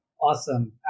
Awesome